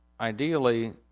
ideally